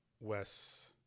Wes